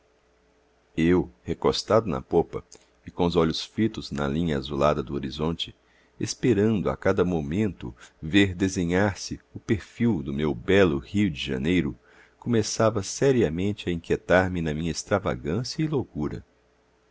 eu recostado na popa e com os olhos fitos na linha azulada do horizonte esperando a cada momento ver desenhar se o perfil do meu belo rio de janeiro começava seriamente a inquietar me na minha extravagância e loucura